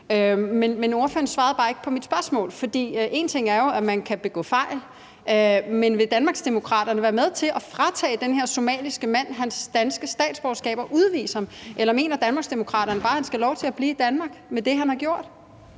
Men ordføreren svarede bare ikke på mit spørgsmål, for en ting er jo, at man kan begå fejl, men vil Danmarksdemokraterne være med til at fratage den her somaliske mand hans danske statsborgerskab og udvise ham, eller mener Danmarksdemokraterne, at han bare skal have lov til at blive i Danmark med det, han har gjort?